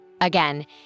Again